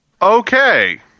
Okay